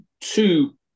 two